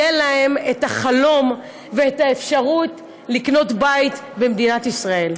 יהיו להם החלום והאפשרות לקנות בית במדינת ישראל.